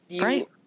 Right